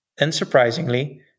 Unsurprisingly